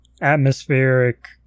atmospheric